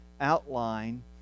outline